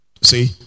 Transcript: See